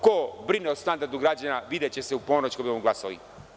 Ko brine o standardu građana, videće se u ponoć, kada budemo glasali.